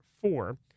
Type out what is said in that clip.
four